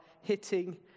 hitting